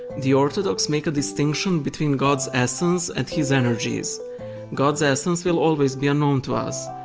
the orthodox make a distinction between god's essence and his energies god's essence will always be unknown to us,